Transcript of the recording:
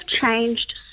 changed